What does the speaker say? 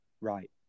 right